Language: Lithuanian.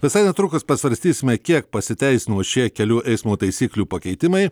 visai netrukus pasvarstysime kiek pasiteisino šie kelių eismo taisyklių pakeitimai